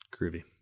groovy